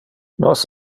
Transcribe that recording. nos